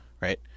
Right